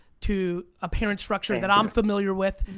to a parent structure that i'm familiar with,